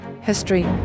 history